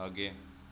आगे